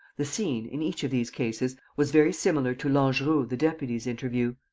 the scene, in each of these cases, was very similar to langeroux the deputy's interview,